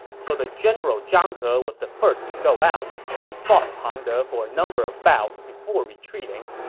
so the general zhang he was the first to go out, and he fought pang de for a number of bouts before retreating.